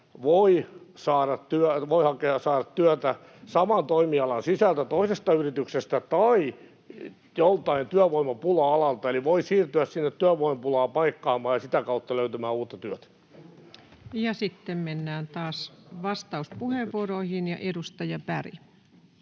ja saada työtä saman toimialan sisältä toisesta yrityksestä tai joltain työvoimapula-alalta eli voi siirtyä työvoimapulaa paikkaamaan ja sitä kautta löytämään uutta työtä. [Mika Kari: Kiitos hyvästä vastauksesta!] Ja